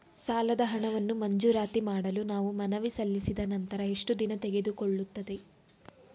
ಸಾಲದ ಹಣವನ್ನು ಮಂಜೂರಾತಿ ಮಾಡಲು ನಾವು ಮನವಿ ಸಲ್ಲಿಸಿದ ನಂತರ ಎಷ್ಟು ದಿನ ತೆಗೆದುಕೊಳ್ಳುತ್ತದೆ?